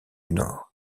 nord